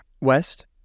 West